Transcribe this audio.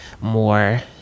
more